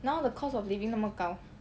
now the cost of living 那么高